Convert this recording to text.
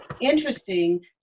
interesting